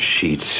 sheets